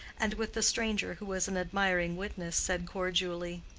and with the stranger who was an admiring witness, said cordially,